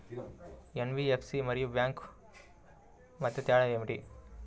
NBFC మరియు bank మధ్య తేడా ఏమిటి?